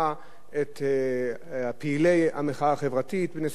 פעילי המחאה החברתית בניסיון להשתיק אותם.